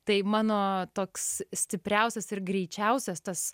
tai mano toks stipriausias ir greičiausias tas